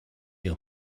ihre